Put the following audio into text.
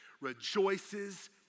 rejoices